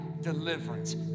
deliverance